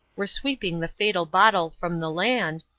were sweeping the fatal bottle from the land,